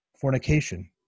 fornication